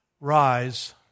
rise